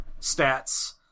stats